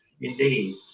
Indeed